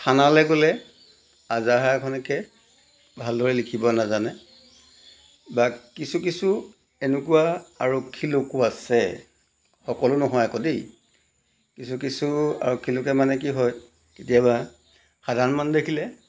থানালৈ গ'লে আজাহাৰ এখনকে ভালদৰে লিখিব নাজানে বা কিছু কিছু এনেকুৱা আৰক্ষী লোকো আছে সকলো নহয় আকৌ দেই কিছু কিছু আৰক্ষী লোকে মানে কি হয় কেতিয়াবা সাধাৰণ মানুহ দেখিলে